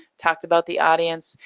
talked about the audience.